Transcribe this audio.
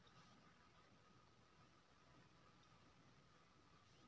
फुल मे बेसी बीमारी बैक्टीरिया या फंगसक कारणेँ लगै छै